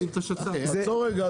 עצור רגע.